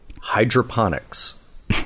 hydroponics